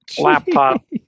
laptop